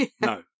No